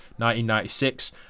1996